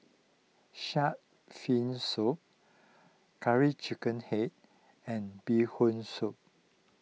Shark's Fin Soup Curry Chicken Head and Bee Hoon Soup